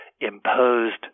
imposed